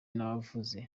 navuze